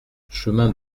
chemin